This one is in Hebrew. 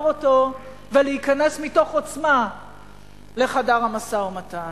אותו ולהיכנס מתוך עוצמה לחדר המשא-ומתן.